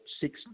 Six